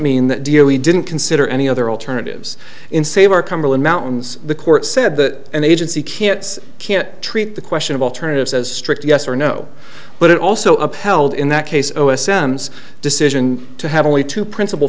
mean that deal we didn't consider any other alternatives in save our cumberland mountains the court said that an agency can't can't treat the question of alternatives as strict yes or no but it also upheld in that case oh a sense decision to have only two principal